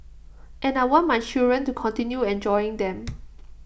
and I want my children to continue enjoying them